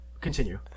Continue